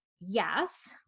yes